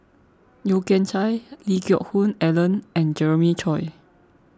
Yeo Kian Chye Lee Geck Hoon Ellen and Jeremiah Choy